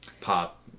pop